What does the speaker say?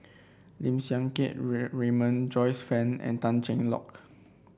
Lim Siang Keat Raymond Joyce Fan and Tan Cheng Lock